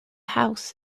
house